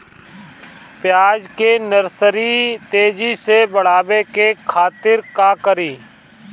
प्याज के नर्सरी तेजी से बढ़ावे के खातिर का करी?